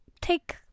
take